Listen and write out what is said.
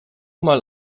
mal